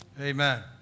Amen